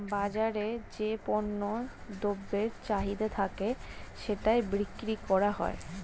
বাজারে যে পণ্য দ্রব্যের চাহিদা থাকে সেটাই বিক্রি করা হয়